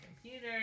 computer